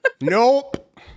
Nope